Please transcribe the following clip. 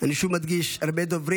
אני שוב מדגיש: הרבה דוברים,